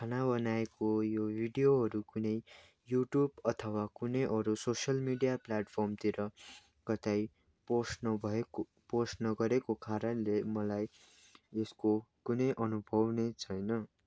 खाना बनाएको यो भिडियोहरू कुनै युट्युब अथवा कुनै अरू सोसियल मिडिया प्ल्याटफर्मतिर कतै पोस्ट नभएको पोस्ट नगरेको कारणले मलाई यसको कुनै अनुभव नै छैन